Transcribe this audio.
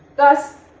thus,